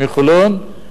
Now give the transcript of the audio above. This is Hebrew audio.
מחולון,